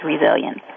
resilience